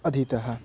अधीता